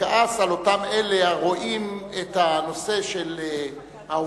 וכעס על אותם אלה הרואים את הנושא של העובדים